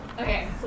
Okay